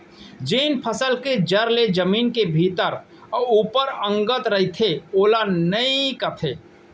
जेन फसल के जर ले जमीन के भीतरी अउ ऊपर अंगत रइथे ओला नइई कथें